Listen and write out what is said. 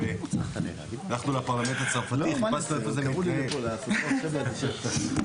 (תיקון מס' 18), התשפ"ג-2023.